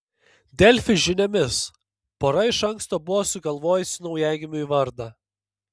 delfi žiniomis pora iš anksto buvo sugalvojusi naujagimiui vardą